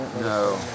No